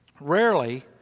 Rarely